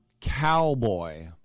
Cowboy